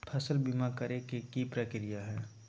फसल बीमा करे के प्रक्रिया का हई?